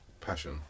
passion